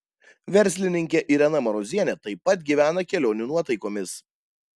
verslininkė irena marozienė taip pat gyvena kelionių nuotaikomis